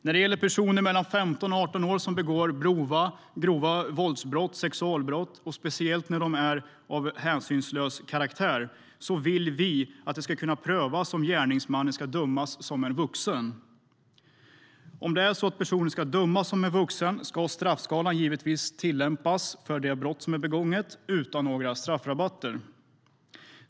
När det gäller personer mellan 15 och 18 år som begår grova vålds och sexualbrott, speciellt när brottet är av en hänsynslös karaktär, vill vi att det ska kunna prövas om gärningsmannen ska dömas som en vuxen. Om personen ska dömas som en vuxen ska straffskalan givetvis tillämpas för det brott som är begånget utan några straffrabatter.